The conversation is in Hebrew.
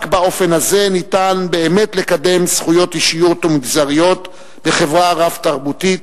רק באופן הזה ניתן באמת לקדם זכויות אישיות ומגזריות בחברה רב-תרבותית,